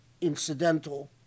incidental